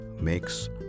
makes